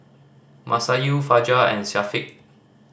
Masayu Fajar and Syafiq